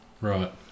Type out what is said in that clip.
Right